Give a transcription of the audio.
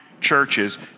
churches